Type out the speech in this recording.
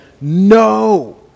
no